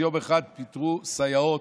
יום אחד פיטרו סייעות,